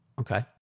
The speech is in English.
Okay